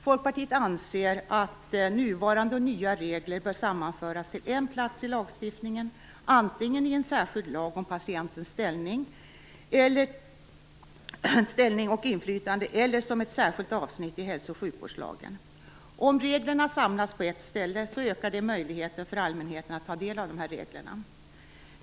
Folkpartiet anser att nuvarande och nya regler bör sammanföras till en plats i lagstiftningen, antingen i en särskild lag om patientens ställning och inflytande eller som ett särskilt avsnitt i hälso och sjukvårdslagen. Om reglerna samlas på ett ställe ökar möjligheterna för allmänheten att ta del av dessa regler.